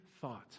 thought